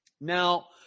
Now